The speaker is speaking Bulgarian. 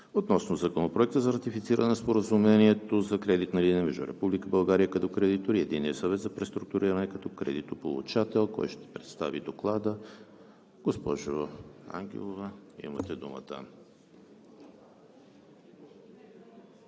относно Законопроекта за ратифициране на Споразумението за кредитна линия между Република България като кредитор и Единния съвет за преструктуриране като кредитополучател. Кой ще представи Доклада? Госпожо Ангелова, имате думата.